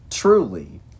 truly